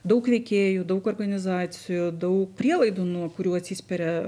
daug veikėjų daug organizacijų daug prielaidų nuo kurių atsispiria